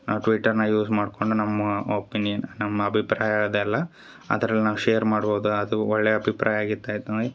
ಆ ಟ್ವಿಟರ್ನ ಯೂಸ್ ಮಾಡ್ಕೊಂಡು ನಮ್ಮ ಒಪಿನಿಯನ್ ನಮ್ಮ ಅಭಿಪ್ರಾಯ ಅದೆಲ್ಲ ಅದರಲ್ಲಿ ನಾವು ಶೇರ್ ಮಾಡ್ಬೋದಾ ಅದು ಒಳ್ಳೆಯ ಅಭಿಪ್ರಾಯ ಆಗಿತ್ತು ಅದು ಅಂದರೆ